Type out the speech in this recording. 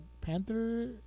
panther